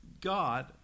God